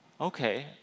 Okay